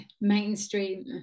mainstream